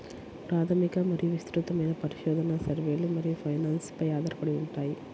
ప్రాథమిక మరియు విస్తృతమైన పరిశోధన, సర్వేలు మరియు ఫైనాన్స్ పై ఆధారపడి ఉంటాయి